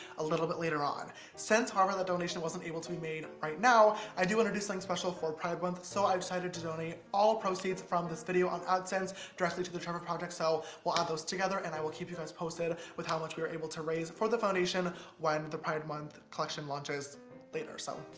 a little bit later on. since however, the donation wasn't able to be made right now, i do want to do something special for pride month, so i've decided to donate all proceeds from this video on adsense directly to the trevor project, so we'll add those together, and i will keep you guys posted with how much we were able to raise for the foundation when the pride month collection launches so.